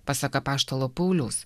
pasak apaštalo pauliaus